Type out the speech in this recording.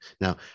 Now